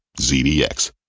ZDX